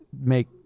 make